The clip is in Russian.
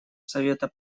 совета